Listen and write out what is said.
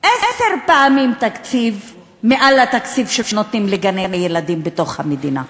עשר פעמים מהתקציב שנותנים לגני-ילדים בתוך המדינה.